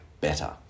Better